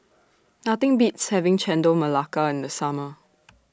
Nothing Beats having Chendol Melaka in The Summer